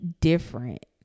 different